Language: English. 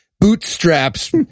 bootstraps